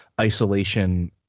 isolation